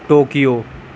Tokyo